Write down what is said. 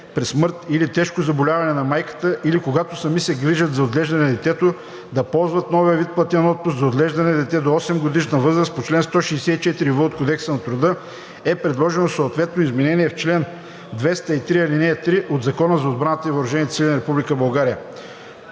при смърт или тежко заболяване на майката или когато сами се грижат за отглеждане на детето, да ползват новия вид платен отпуск за отглеждане на дете до 8 годишна възраст по чл. 164в от Кодекса на труда, е предложено съответното изменение в чл. 203, ал. 3 от Закона за отбраната и въоръжените сили